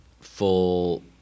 full